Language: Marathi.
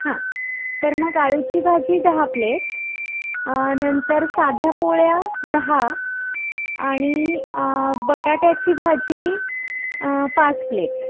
हां तर मग अळूची भाजी दहा प्लेट्स नंतर साध्या पोळ्या दहा आणि बटाट्याची भाजी पाच प्लेट्स